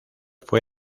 fue